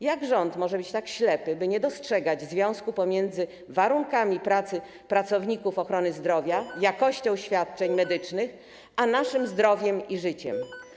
Jak rząd może być tak ślepy, by nie dostrzegać związku pomiędzy warunkami pracy pracowników ochrony zdrowia, jakością świadczeń medycznych a naszym zdrowiem i życiem?